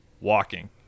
Walking